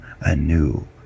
anew